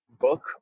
book